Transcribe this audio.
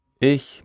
Ich